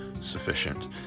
sufficient